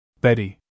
Betty